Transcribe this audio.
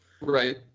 right